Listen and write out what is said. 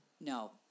No